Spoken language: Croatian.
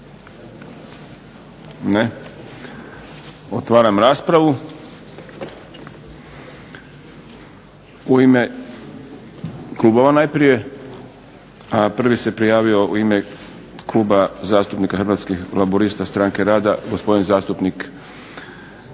Ne. Otvaram raspravu. U ime klubova najprije, a prvi se prijavio u ime kluba zastupnika Hrvatskih laburista, stranke rada gospodin zastupnik Vuljanić Nikola.